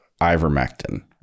ivermectin